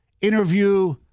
interview